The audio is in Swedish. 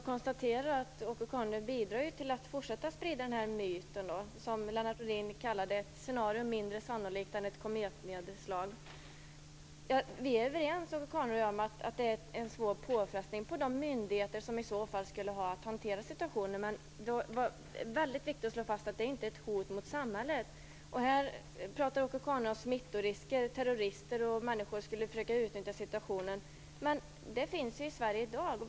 Herr talman! Tyvärr kan jag konstatera att Åke Carnerö bidrar till att fortsätta att sprida den myt som Lennart Rohdin kallade för ett scenario mindre sannolikt än ett kometnedslag. Åke Carnerö och jag är överens om att detta är en svår påfrestning för de myndigheter som har att hantera situationen. Men det är viktigt att slå fast att det inte utgör ett hot mot samhället. Åke Carnerö pratar om smittorisker, terrorister och att människor skulle försöka utnyttja situationen. Men detta finns i Sverige i dag.